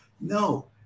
no